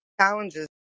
challenges